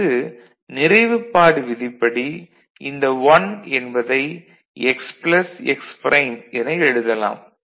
அடுத்து நிறைவுப்பாடு விதிப்படி இந்த 1 என்பதை x x ப்ரைம் என எழுதலாம்